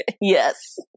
Yes